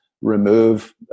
remove